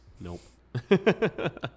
Nope